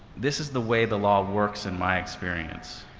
this is the way the law works in my experience.